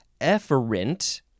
efferent